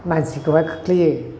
मानसिखौहाय खोख्लैयो